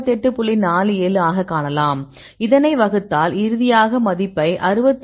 47 ஆகக் காணலாம் இதனை வகுத்தால் இறுதியாக மதிப்பை 67